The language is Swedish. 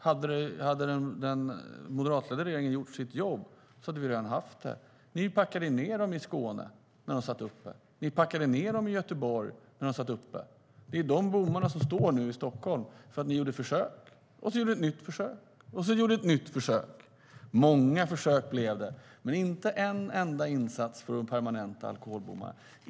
Hade den moderatledda regeringen gjort sitt jobb hade vi redan haft det. Ni packade ned dem i Skåne där de satt uppe, och ni packade ned dem i Göteborg där de satt uppe. Det är de bommarna som nu står i Stockholm. Ni gjorde ett försök, sedan gjorde ni ett nytt försök och ett nytt försök. Det blev många försök, men inte en enda insats för att permanenta alkoholbommarna.